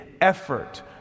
effort